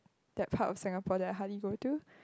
that part of Singapore that hardly go to